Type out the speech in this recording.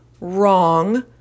wrong